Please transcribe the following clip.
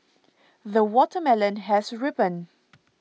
the watermelon has ripened